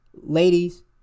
Ladies